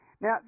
Now